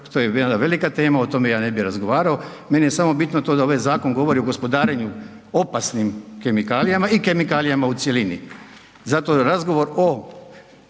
je jedna velika tema, o tome ja ne bi razgovarao, meni je samo bitno to da ovaj zakon govori o gospodarenju opasnim kemikalijama i kemikalijama u cjelini. Zato razgovor o